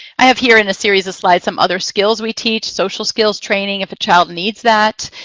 i have here in a series of slides some other skills we teach, social skills training if a child needs that.